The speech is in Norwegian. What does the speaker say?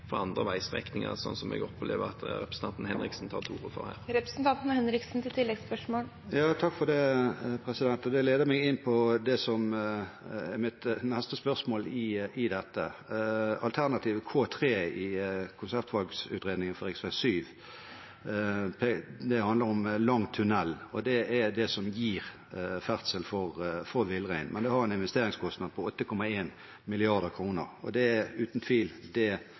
andre veistrekninger, slik jeg opplever at representanten Henriksen tar til orde for her. Det leder meg inn på det som er mitt neste spørsmål i dette, alternativ K3 i konseptvalgutredningen for rv. 7. Det handler om lang tunnel, og det er det som gir ferdsel for villrein. Men det har en investeringskostnad på 8,1 mrd. kr, og det er uten tvil det